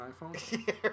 iPhone